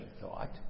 thought